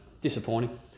disappointing